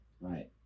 right